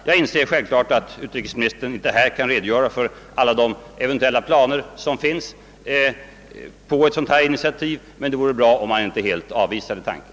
Det är självklart att utrikesministern här inte kan redogöra för eventuella Planer på ett initiativ, men det vore bra om han inte helt avvisade tanken.